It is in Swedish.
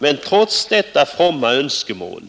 Men trots detta fromma önskemål